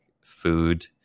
food